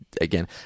again